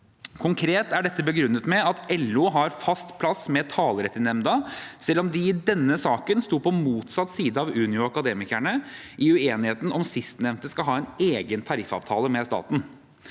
Konkret er dette begrunnet med at LO har fast plass med talerett i nemnda, selv om de i denne saken sto på motsatt side av Unio og Akademikerne i uenigheten om hvorvidt sistnevnte skal ha en egen tariffavtale med staten.